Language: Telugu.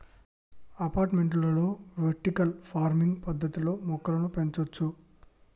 అపార్టుమెంట్లలో వెర్టికల్ ఫార్మింగ్ పద్దతిలో మొక్కలను పెంచొచ్చు